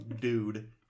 Dude